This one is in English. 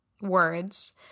words